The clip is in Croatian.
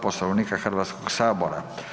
Poslovnika Hrvatskog sabora.